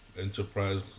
enterprise